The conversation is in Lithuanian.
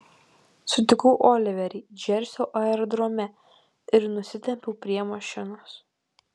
sutikau oliverį džersio aerodrome ir nusitempiau prie mašinos